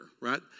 right